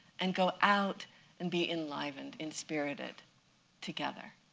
and go out and be enlivened, enspirited together.